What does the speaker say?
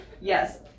Yes